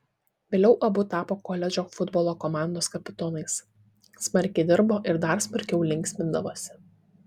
vėliau abu tapo koledžo futbolo komandos kapitonais smarkiai dirbo ir dar smarkiau linksmindavosi